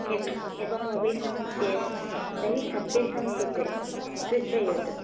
एव् एवं भविष्यति चेत् तर्हि सर्वेषां कृते सूचयतु